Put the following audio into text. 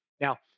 Now